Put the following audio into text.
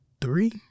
three